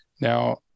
Now